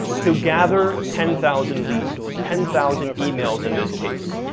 to gather ten thousand leads. ten thousand emails in this case.